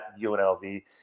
UNLV